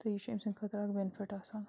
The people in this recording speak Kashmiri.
تہٕ یہِ چھِ أمۍ سٔنٛدۍ خٲطرٕ اَکھ بینِفِٹ آسان